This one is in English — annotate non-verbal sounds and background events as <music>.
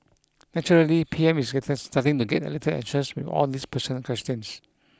naturally P M is <unintelligible> starting to get a little anxious with all these personal questions